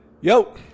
Yo